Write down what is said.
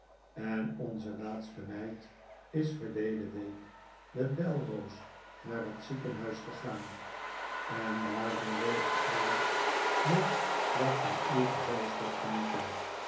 en onze laatste meid is verleden week met belroos naar het ziekenhuis gegaan en daarom wil ik graag nog wat van uw gezelschap genieten